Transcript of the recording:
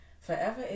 Forever